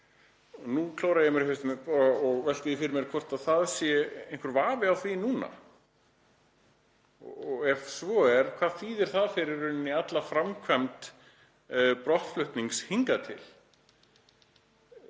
Nú klóra ég mér í hausnum og velti því fyrir mér hvort það sé einhver vafi á því núna. Og ef svo er, hvað þýðir það fyrir alla framkvæmd brottflutnings hingað til?